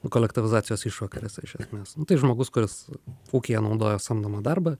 kolektyvizacijos išvakarėse iš esmės nu tai žmogus kuris ūkyje naudoja samdomą darbą